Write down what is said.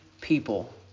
people